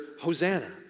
Hosanna